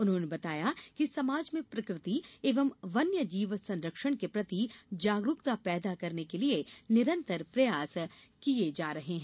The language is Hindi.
उन्होंने बताया कि समाज में प्रकृति एवं वन्य जीव संरक्षण के प्रति जागरूकता पैदा करने के लिये निरंतर प्रयास किये जा रहे हैं